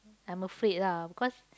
I'm afraid lah because